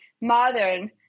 modern